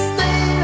Stay